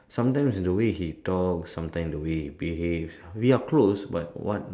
sometime the way he talk sometime the way he behave we are close but one